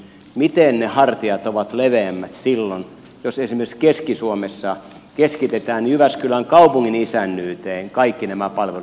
miten ne hartiat ovat leveämmät silloin jos esimerkiksi keski suomessa keskitetään jyväskylän kaupungin isännyyteen kaikki nämä palvelut